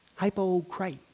Hypocrite